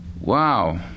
wow